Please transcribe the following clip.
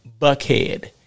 Buckhead